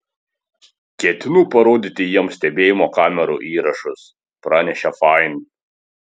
ketinu parodyti jiems stebėjimo kamerų įrašus pranešė fain